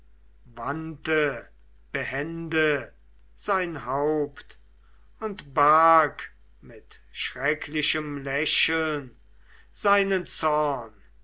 wandte behende sein haupt und barg mit schrecklichem lächeln seinen zorn